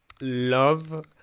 love